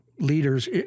leaders